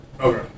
Okay